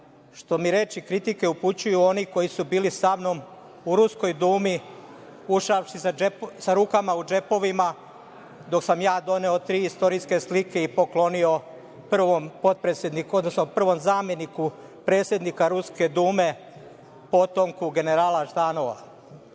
što mi reče kritike upućuju oni koji su bili sa mnom u Ruskoj dumi ušavši sa rukama u džepovima, dok sam ja doneo tri istorijske slike i poklonio prvom potpredsedniku, odnosno prvom zameniku predsednika Ruske dume, potomku generala Ždanova.